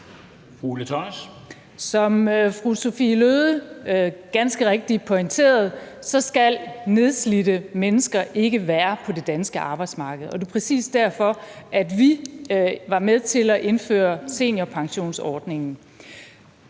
Som fru Sophie Løhde ganske rigtigt pointerede, skal nedslidte mennesker ikke være på det danske arbejdsmarked, og det er præcis derfor, at vi var med til at indføre seniorpensionsordningen.